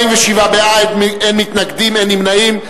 47 בעד, אין מתנגדים, אין נמנעים.